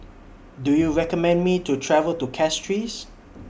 Do YOU recommend Me to travel to Castries